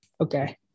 Okay